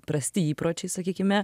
prasti įpročiai sakykime